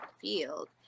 field